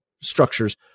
structures